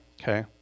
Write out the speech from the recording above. Okay